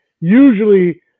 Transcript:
usually